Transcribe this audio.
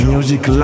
Music